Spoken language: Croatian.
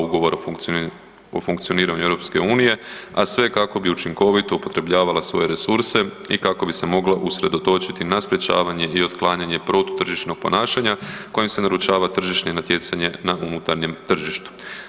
Ugovora o funkcioniranju EU, a sve kako bi učinkovito upotrebljavala svoje resurse i kako bi se mogla usredotočiti na sprječavanje i otklanjanje protu tržišnog ponašanja kojim se narušava tržišno natjecanje na unutarnjem tržištu.